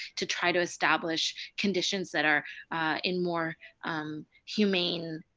to try to establish conditions that are in more humane,